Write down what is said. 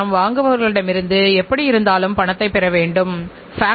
எடுத்துக்காட்டாக மொபைல் தொலைபேசி சேவையைப் பற்றி பேசலாம்